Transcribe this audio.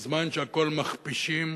בזמן שהכול מכפישים